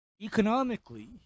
economically